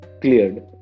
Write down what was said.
cleared